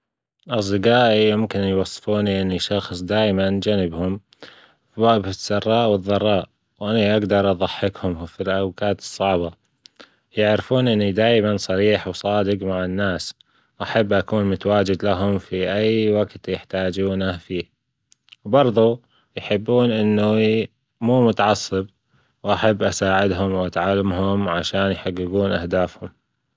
أصدجائي يمكن يوصفوني إني شخص دايما جنبهم في السراء والضراء وإني أجدر أضحكهم في الاوجات الصعبة، يعرفون إني دايما صريح وصادج مع الناس وأحب أكون متواجد لهم في أي وجت يحتاجونه فيه وبرضو يحبون إني مو متعصب، وأحب أساعدهم أتعاون معهم عشان يحججون أهدافهم.